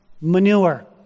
manure